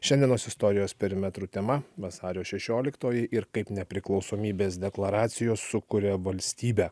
šiandienos istorijos perimetru tema vasario šešioliktoji ir kaip nepriklausomybės deklaracijos sukuria valstybę